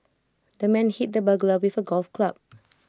the man hit the burglar with A golf club